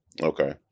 Okay